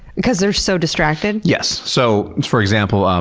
because they're so distracted? yes. so for example, um